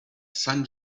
san